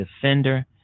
defender